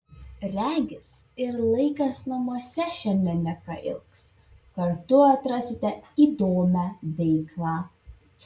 regis ir laikas namuose šiandien neprailgs kartu atrasite įdomią veiklą